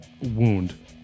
wound